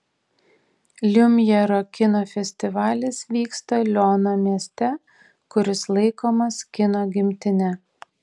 liumjero kino festivalis vyksta liono mieste kuris laikomas kino gimtine